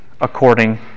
according